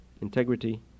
integrity